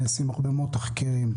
נעשים הרבה מאוד תחקירים,